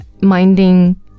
minding